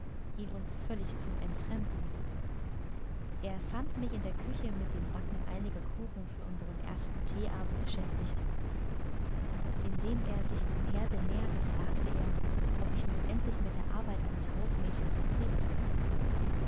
ihn uns völlig zu entfremden er fand mich in der küche mit dem backen einiger kuchen für unseren ersten theeabend beschäftigt indem er sich dem herde näherte fragte er ob ich nun endlich mit der arbeit eines hausmädchens zufrieden sei